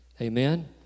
Amen